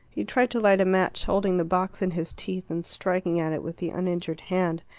he tried to light a match, holding the box in his teeth and striking at it with the uninjured hand.